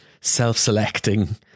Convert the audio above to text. self-selecting